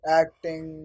acting